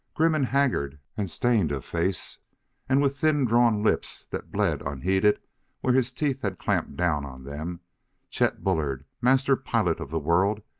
grim and haggard and stained of face and with thin-drawn lips that bled unheeded where his teeth had clamped down on them chet bullard, master pilot of the world,